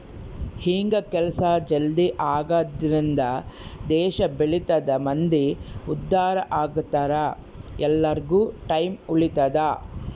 ಹಿಂಗ ಕೆಲ್ಸ ಜಲ್ದೀ ಆಗದ್ರಿಂದ ದೇಶ ಬೆಳಿತದ ಮಂದಿ ಉದ್ದಾರ ಅಗ್ತರ ಎಲ್ಲಾರ್ಗು ಟೈಮ್ ಉಳಿತದ